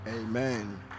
Amen